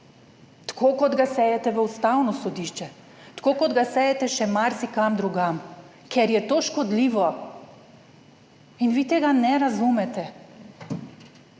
tako kot ga sejete v Ustavno sodišče, tako kot ga sejete še marsikam drugam, ker je to škodljivo. Vi tega ne razumete.